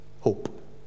hope